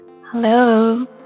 Hello